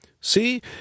See